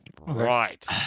Right